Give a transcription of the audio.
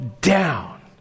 down